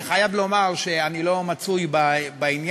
אני חייב לומר שאני לא מצוי בעניין